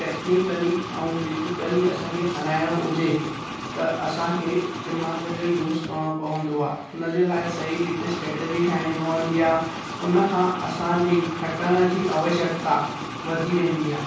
technically ऐं physically असांखे हराइणो हुजे त असांखे दिमाग़ु जो यूज़ करणो पवंदो आहे उनजे लाइ सई स्ट्रैटजी ठाहिणी पवंदी आहे उनखां असांजी खटण जी आवश्यकता वधी वेंदी आहे